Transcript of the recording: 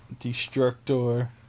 destructor